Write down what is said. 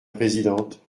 présidente